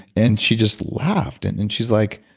and she just laughed. and and she's like,